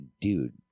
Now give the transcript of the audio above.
dude